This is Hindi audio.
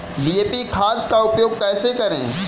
डी.ए.पी खाद का उपयोग कैसे करें?